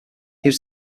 was